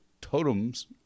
totems